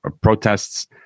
protests